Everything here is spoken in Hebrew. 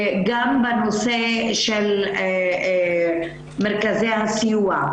גם בנושא של מרכזי הסיוע,